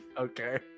Okay